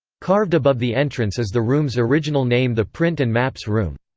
carved above the entrance is the room's original name the print and maps room.